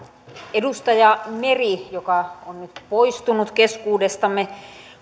edustaja meri joka on nyt poistunut keskuudestamme